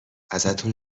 ازتون